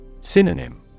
Synonym